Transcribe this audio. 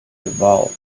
divulge